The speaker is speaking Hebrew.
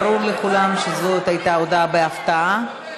ברור לכולם שזאת הייתה הודעה בהפתעה.